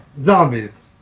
Zombies